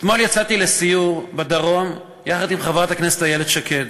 אתמול יצאתי לסיור בדרום יחד עם חברת הכנסת איילת שקד,